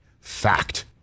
Fact